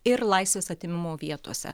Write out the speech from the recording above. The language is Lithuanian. ir laisvės atėmimo vietose